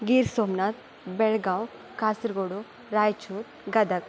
Gir Somnath Belgaum Kasaragod Raichur Gadag